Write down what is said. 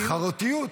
נכון, תחרותיות.